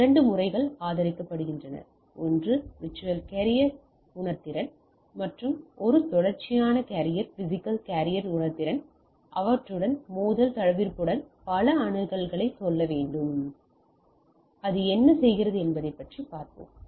இரண்டு முறைகள் ஆதரிக்கப்படுகின்றன ஒன்று விர்ச்சுவல் கேரியர் உணர்திறன் மற்றும் ஒரு தொடர்ச்சியான கேரியர் பிஸிக்கல் கேரியர் உணர்திறன் ஆகியவற்றுடன் மோதல் தவிர்ப்புடன் பல அணுகலை சொல்ல வேண்டும் அது என்ன செய்கிறது என்பதைப் பார்ப்போம்